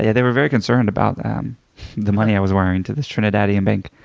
yeah they were very concerned about the money i was wiring to this trinidadian bank.